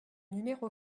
numéro